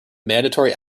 mandatory